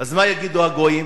אז מה יגידו הגויים?